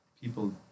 people